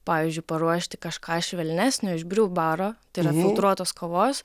pavyzdžiui paruošti kažką švelnesnio iš briū baro tai yra filtruotos kavos